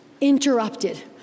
Interrupted